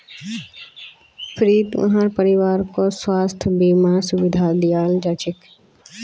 फ्रीत वहार परिवारकों स्वास्थ बीमार सुविधा दियाल जाछेक